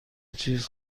چیز